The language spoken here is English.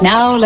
Now